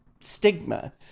stigma